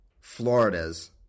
Florida's